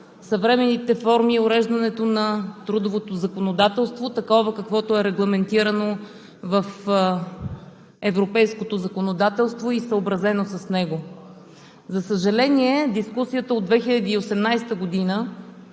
съвременните форми и уреждането на трудовото законодателство – такова, каквото е регламентирано в европейското законодателство, и съобразено с него. За съжаление, дискусията от 2018 г.